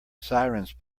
sirens